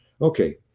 Okay